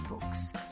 Books